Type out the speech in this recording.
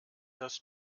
das